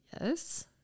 Yes